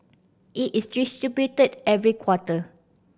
it is distributed every quarter